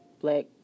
black